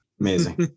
amazing